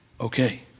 okay